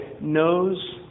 knows